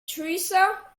teresa